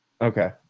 okay